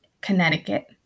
Connecticut